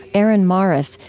aaron marez,